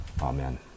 Amen